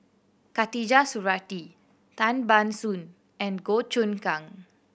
Khatijah Surattee Tan Ban Soon and Goh Choon Kang